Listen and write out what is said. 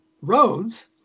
roads